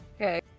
okay